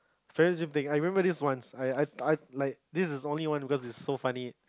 very same thing I remember this once I I I like this is only one because it's so funny